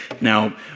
now